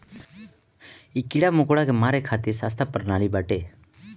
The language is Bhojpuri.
इ कीड़ा मकोड़ा के मारे खातिर सस्ता प्रणाली बाटे